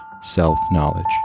self-knowledge